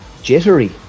jittery